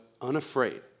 unafraid